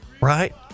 Right